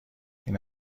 این